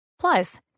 Plus